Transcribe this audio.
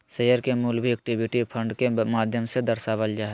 share के मूल्य भी इक्विटी फंड के माध्यम से दर्शावल जा हय